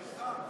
לך,